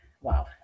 wow